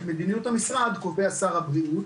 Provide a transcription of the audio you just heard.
את מדיניות המשרד קובע שר הבריאות,